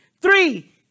three